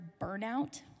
burnout